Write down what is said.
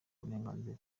burenganzira